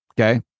Okay